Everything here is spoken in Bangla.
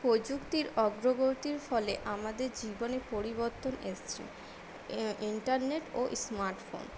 প্রযুক্তির অগ্রগতির ফলে আমাদের জীবনে পরিবর্তন এসেছে ইন্টারনেট ও স্মার্ট ফোন